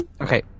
Okay